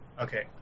Okay